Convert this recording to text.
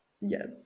Yes